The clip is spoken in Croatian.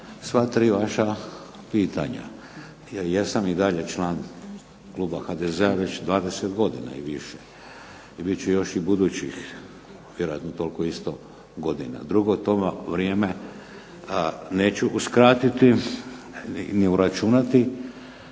sva tri vaša pitanja. Ja jesam i dalje član kluba HDZ-a već 20 godina i više i bit ću još i budućih toliko isto godina. Drugo, to vam vrijeme neću uskratiti ni uračunati